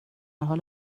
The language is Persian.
حال